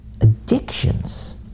addictions